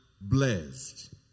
blessed